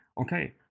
okay